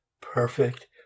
perfect